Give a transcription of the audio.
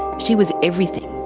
she was everything.